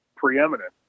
preeminent